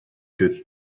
que